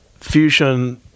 fusion